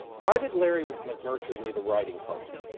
why did larry mcmurtry need a writing partner?